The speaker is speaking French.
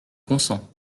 consent